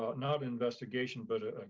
not not investigation, but